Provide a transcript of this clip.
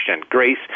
Grace